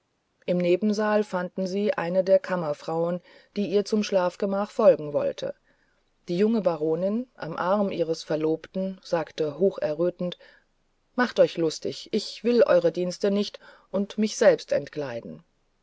im nebensaale fanden sie eine der kammerfrauen die ihr zum schlafgemach folgen wollte die junge baronin am arm ihres verlobten sagte hocherrötend macht euch lustig ich will euren dienst nicht und will mich selbst entkleiden